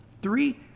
Three